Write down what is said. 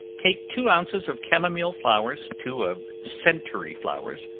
take two ounces of chamomile flowers, two of centaury flowers,